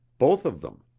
both of them.